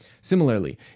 Similarly